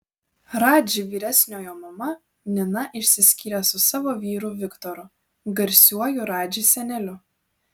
radži vyresniojo mama nina išsiskyrė su savo vyru viktoru garsiuoju radži seneliu